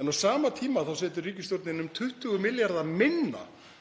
En á sama tíma setur ríkisstjórnin um 20 milljörðum minna